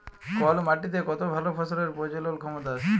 call মাটিতে কত ভাল ফসলের প্রজলল ক্ষমতা আছে